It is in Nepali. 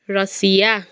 रसिया